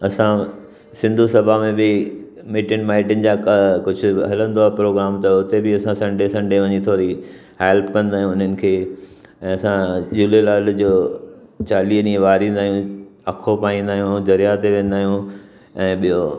असां सिंधू सभा में बि मिटनि माइटनि जा क कुझु हलंदो आहे प्रोग्राम त हुते बि असां संडे संडे वञी थोरी हैल्प कंदा आहियूं हुननि खे ऐं असां झूलेलाल जो चालीह ॾींहं ॿारींदा आहियूं अख़ो पाईंदा आहियूं दरीया ते वेंदा आहियूं ऐं ॿियो